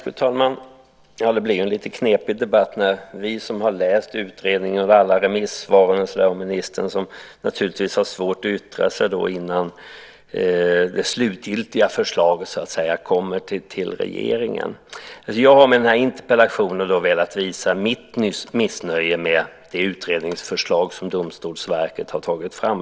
Fru talman! Debatten blir lite knepig när vi läst utredningen och alla remissvaren och ministern samtidigt har svårt att yttra sig innan det slutgiltiga förslaget kommit till regeringen. Jag har med den här interpellationen velat visa mitt missnöje med det utredningsförslag som Domstolsverket tagit fram.